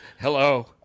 Hello